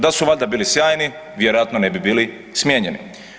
Da su valjda bili sjajni vjerojatno ne bi bili smijenjeni.